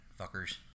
fuckers